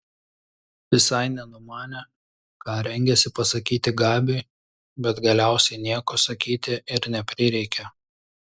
visai nenumanė ką rengiasi pasakyti gabiui bet galiausiai nieko sakyti ir neprireikė